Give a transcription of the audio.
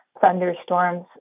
thunderstorms